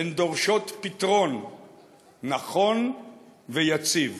הן דורשות פתרון נכון ויציב.